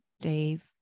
Dave